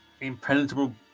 impenetrable